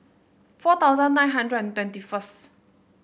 four thousand nine hundred and twenty first